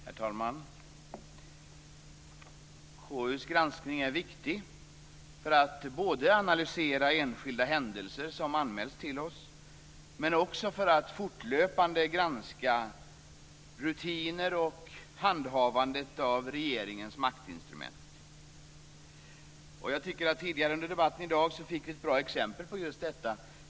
Herr talman! KU:s granskning är viktig, både för att analysera enskilda händelser som anmälts till oss och för att fortlöpande granska rutiner kring och handhavandet av regeringens maktinstrument. Tidigare under debatten i dag fick vi ett bra exempel på just detta.